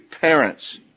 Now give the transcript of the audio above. parents